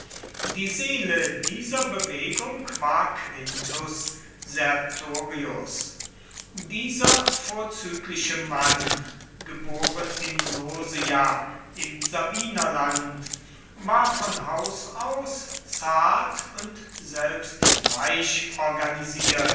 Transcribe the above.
die seele dieser bewegung war quintus sertorius dieser vorzügliche mann geboren in nursia im sabinerland war von haus aus zart und selbst weich